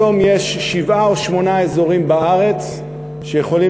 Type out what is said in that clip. היום יש שבעה או שמונה אזורים בארץ שיכולים